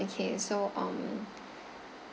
okay so um